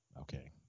Okay